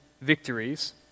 victories